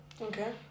okay